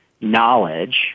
knowledge